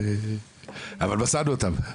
אבל מצאנו אותם,